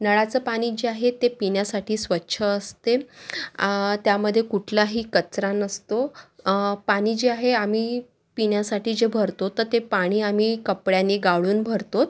नळाचं पाणी जे आहे ते पिण्यासाठी स्वच्छ असते त्यामध्ये कुठलाही कचरा नसतो पाणी जे आहे आम्ही पिण्यासाठी जे भरतो तर ते पाणी आम्ही कपडयाने गाळून भरतो